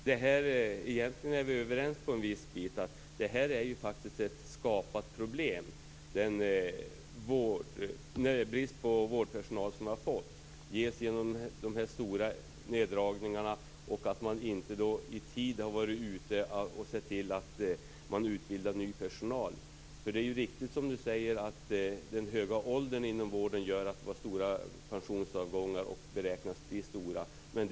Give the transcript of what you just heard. Fru talman! Egentligen är vi till viss del överens. Detta är faktiskt ett skapat problem. Den brist på vårdpersonal som finns beror på de stora neddragningarna och att man inte i tid har varit ute och sett till att man utbildat ny personal. Det är riktigt som Hans Karlsson säger att den höga åldern bland vårdpersonalen innebär att det har varit stora pensionsavgångar och att de beräknas bli stora i framtiden.